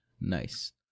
Nice